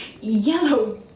yellow